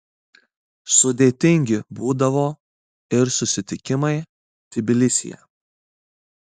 sudėtingi būdavo ir susitikimai tbilisyje